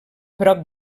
prop